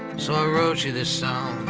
so i wrote you this song